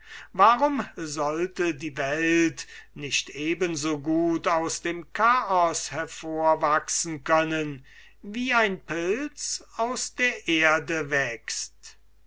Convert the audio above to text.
warum sollte die welt nicht eben so gut aus dem chaos hervorwachsen können wie ein pilz aus der erde wächst